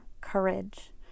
courage